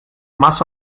más